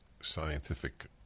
scientific